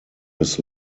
his